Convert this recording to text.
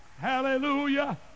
hallelujah